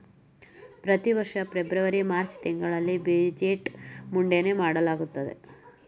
ಪ್ರತಿವರ್ಷ February March ತಿಂಗಳಲ್ಲಿ budget ಮಂಡನೆ ಮಾಡಲಾಗುತ್ತೆ